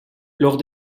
lors